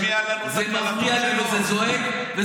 קודם כול שמנדלבליט ישמיע לנו את הקלטות שלו.